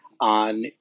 On